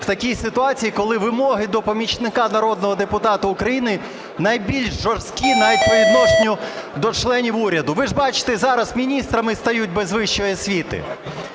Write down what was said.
в такій ситуації, коли вимоги до помічника народного депутата України найбільш жорсткі, навіть по відношенню до членів уряду. Ви ж бачите, зараз міністрами стають без вищої освіти.